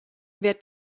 wer